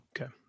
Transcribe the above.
Okay